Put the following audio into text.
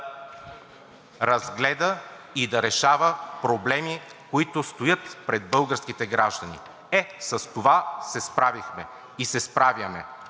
разгледа и да решава проблемите, които стоят пред българските граждани. Е, с това се справихме и се справяме!